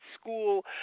school